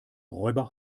räuber